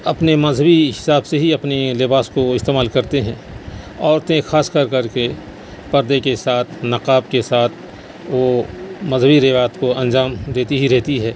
اپنے مذہبی حساب سے ہی اپنے لباس کو وہ استعمال کرتے ہیں عورتیں خاص کر کر کے پردے کے ساتھ نقاب کے ساتھ وہ مذہبی روایت کو انجام دیتی ہی رہتی ہے